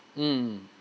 mm